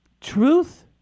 Truth